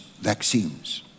vaccines